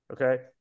Okay